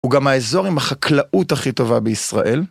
הוא גם האזור עם החקלאות הכי טובה בישראל.